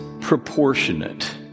proportionate